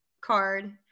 card